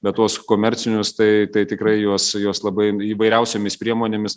bet tuos komercinius tai tikrai juos juos labai įvairiausiomis priemonėmis